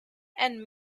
and